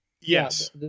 Yes